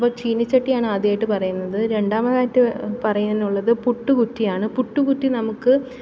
അപ്പോള് ചീനിച്ചട്ടിയാണ് ആദ്യമായിട്ട് പറയുന്നത് രണ്ടാമതായിട്ട് പറയാനുള്ളത് പുട്ടുകുറ്റിയാണ് പുട്ടുകുറ്റി നമുക്ക്